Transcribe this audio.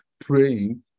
praying